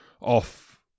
off